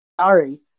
Sorry